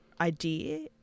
idea